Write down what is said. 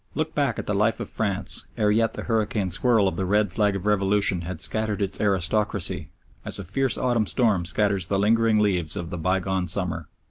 look back at the life of france ere yet the hurricane swirl of the red flag of revolution had scattered its aristocracy as a fierce autumn storm scatters the lingering leaves of the bygone summer.